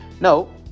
No